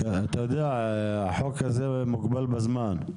אתה יודע, החוק הזה מוגבל בזמן.